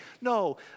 no